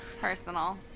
personal